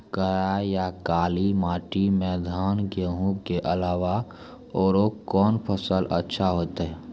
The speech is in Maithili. करार या काली माटी म धान, गेहूँ के अलावा औरो कोन फसल अचछा होतै?